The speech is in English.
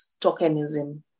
tokenism